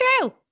true